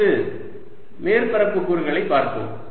அடுத்து மேற்பரப்பு கூறுகளை பார்போம்